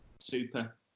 Super